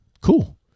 cool